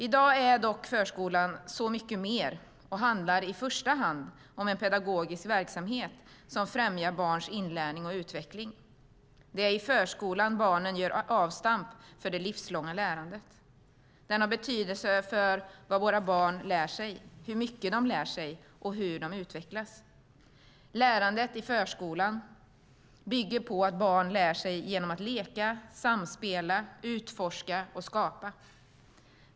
I dag är dock förskolan så mycket mer. Den handlar i första hand om en pedagogisk verksamhet som främjar barns inlärning och utveckling. Det är i förskolan barnen gör avstamp för det livslånga lärandet. Den har betydelse för vad våra barn lär sig, hur mycket de lär sig och hur de utvecklas. Lärandet i förskolan bygger på att barn lär sig genom att leka, samspela, utforska och skapa.